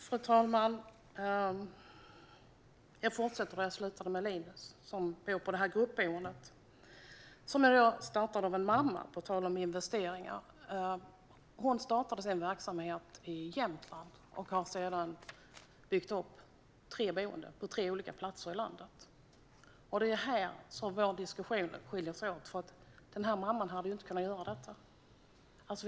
Fru talman! Jag fortsätter där jag slutade med att prata om Linus som bor på det här gruppboendet. Gruppboendet startades av en mamma - på tal om investeringar. Hon startade sin verksamhet i Jämtland och har sedan byggt upp tre boenden på tre olika platser i landet. Det är här som vår diskussion skiljer sig åt. Den här mamman hade inte kunnat göra detta med ert förslag.